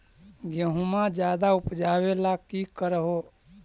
गेहुमा ज्यादा उपजाबे ला की कर हो?